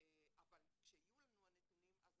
אבל כשיהיו לנו הנתונים, אז